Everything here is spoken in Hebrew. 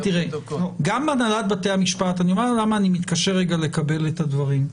אני אומר למה אני מתקשה לקבל את הדברים.